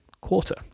quarter